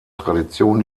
tradition